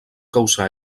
causar